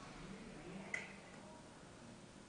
יובאו בחשבון שירותי המיון שניתנו בשנת